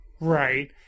right